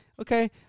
okay